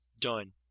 Done